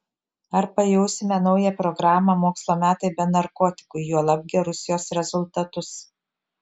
ar pajausime naują programą mokslo metai be narkotikų juolab gerus jos rezultatus